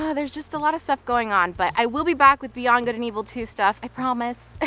ah there's just a lot of stuff going on. but i will be back with beyond good and evil two stuff, i promise!